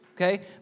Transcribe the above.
Okay